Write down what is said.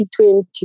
2020